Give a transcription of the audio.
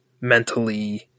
mentally